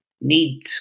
need